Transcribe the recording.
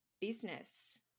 business